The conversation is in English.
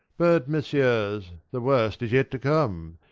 but, messieurs, the worst is yet to come.